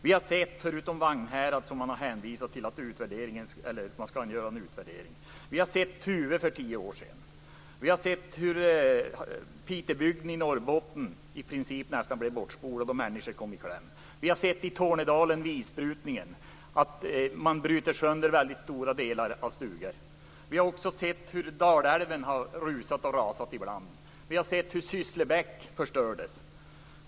Vi har sett, förutom katastrofen i Vagnhärad som skall utvärderas, Tuve för tio år sedan. Vi har sett hur Pitebygden i Norrbotten i princip blev bortspolad och människor kom i kläm. Vi har sett hur man i Tornedalen vid isbrytningen bryter sönder väldigt många stugor. Vi har också sett hur Dalälven har rusat och rasat ibland. Vi har sett hur Sysslebäck förstördes.